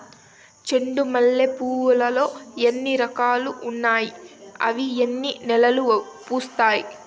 చెండు మల్లె పూలు లో ఎన్ని రకాలు ఉన్నాయి ఇవి ఎన్ని నెలలు పూస్తాయి